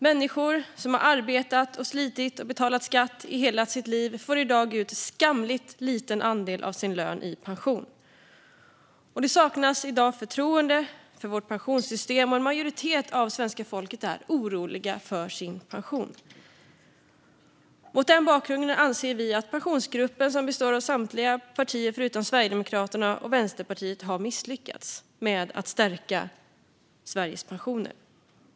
Människor som arbetat, slitit och betalat skatt i hela sitt liv får i dag ut en skamligt liten andel av sin lön i pension. Det saknas i dag förtroende för vårt pensionssystem, och en majoritet av svenska folket är oroliga för sin pension. Mot den bakgrunden anser vi att Pensionsgruppen, som består av samtliga riksdagspartier förutom Sverigedemokraterna och Vänsterpartiet, har misslyckats med att stärka Sveriges pensioner.